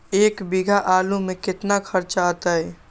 एक बीघा आलू में केतना खर्चा अतै?